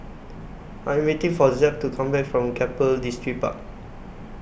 I Am waiting For Zeb to Come Back from Keppel Distripark